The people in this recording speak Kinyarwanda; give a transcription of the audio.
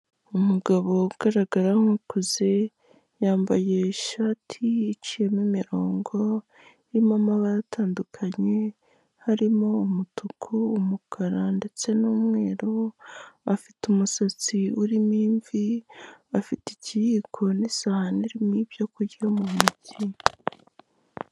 Umugabo ugaragara nk'ukuze, yambaye ishati iciyemo imirongo, irimo amabara atandukanye, harimo umutuku, umukara ndetse n'umweru, afite umusatsi urimo imvi, afite ikiyiko n'isahani irimo ibyo kurya mu ntoki.